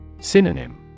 Synonym